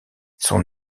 son